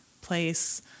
place